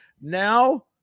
Now